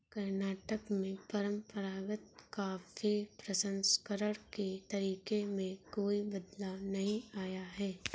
कर्नाटक में परंपरागत कॉफी प्रसंस्करण के तरीके में कोई बदलाव नहीं आया है